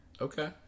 Okay